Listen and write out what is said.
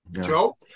Joe